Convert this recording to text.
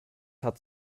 hat